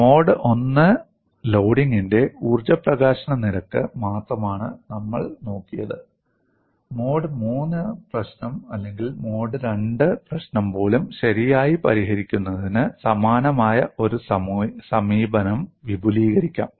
നോക്കൂ മോഡ് 1 ലോഡിംഗിന്റെ ഊർജ്ജ പ്രകാശന നിരക്ക് മാത്രമാണ് നമ്മൾ നോക്കിയത് മോഡ് 3 പ്രശ്നം അല്ലെങ്കിൽ മോഡ് 2 പ്രശ്നം പോലും ശരിയായി പരിഹരിക്കുന്നതിന് സമാനമായ ഒരു സമീപനം വിപുലീകരിക്കാം